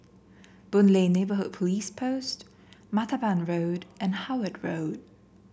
Boon Lay Neighbourhood Police Post Martaban Road and Howard Road